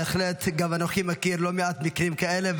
בהחלט גם אנוכי מכיר לא מעט מקרים כאלה,